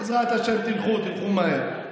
בעזרת השם תלכו, תלכו מהר.